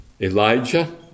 Elijah